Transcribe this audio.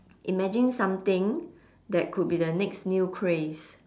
imagine something that could be the next new craze